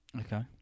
Okay